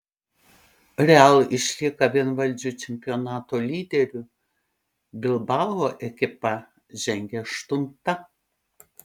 real išlieka vienvaldžiu čempionato lyderiu bilbao ekipa žengia aštunta